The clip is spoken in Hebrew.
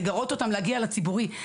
לגרות אותם להגיע לציבורי.